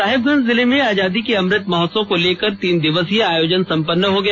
साहिबगंज जिले मे आजादी के अमृत महोत्सव को लेकर तीन दिवसीय आयोजन संपन्न हो गया